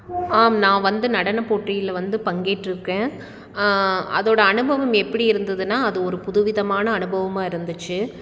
ஆம் நான் வந்து நடன போட்டியில் வந்து பங்கேற்றுக்கேன் அதோட அனுபவம் எப்படி இருந்ததுனா அது ஒரு புதுவிதமான அனுபவமாக இருந்துச்சு